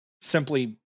simply